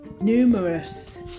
numerous